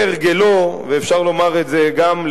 כהרגלו" ואפשר לומר את זה גם,